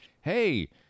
hey